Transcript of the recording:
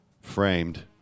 framed